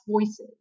voices